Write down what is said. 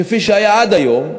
כפי שהיה עד היום,